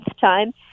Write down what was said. time